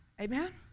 Amen